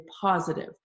positive